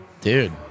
Dude